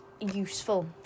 useful